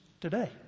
today